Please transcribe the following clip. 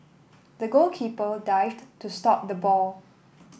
the goalkeeper dived to stop the ball